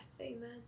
Amen